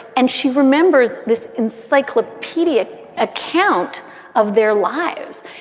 and she remembers this encyclopedia account of their lives.